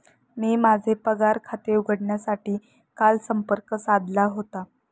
मी माझे पगार खाते उघडण्यासाठी काल संपर्क साधला होता